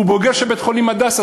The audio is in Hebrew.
הוא בוגר של בית-החולים "הדסה".